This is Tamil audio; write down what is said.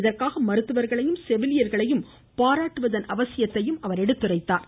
இதற்காக மருத்துவர்களையும் செவிலியர்களையும் பாராட்டுவதன் அவசியத்தையும் அவர் எடுத்துரைத்தார்